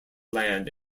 land